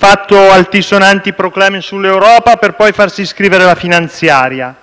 fatto altisonanti proclami sull'Europa per poi farsi scrivere la finanziaria.